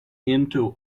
into